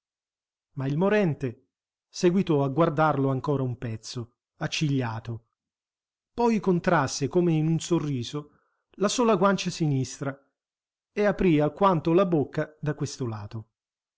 ma il morente seguitò a guardarlo ancora un pezzo accigliato poi contrasse come in un sorriso la sola guancia sinistra e aprì alquanto la bocca da questo lato